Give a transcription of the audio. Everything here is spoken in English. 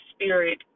spirit